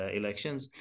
elections